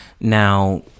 Now